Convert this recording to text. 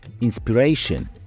Inspiration